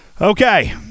Okay